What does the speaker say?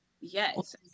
Yes